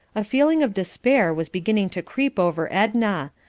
a feeling of despair was beginning to creep over edna.